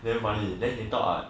damn funny then he thought I